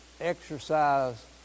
exercise